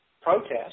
protest